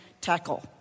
tackle